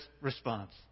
response